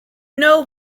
know